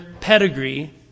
pedigree